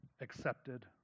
accepted